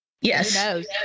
yes